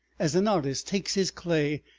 as an artist takes his clay,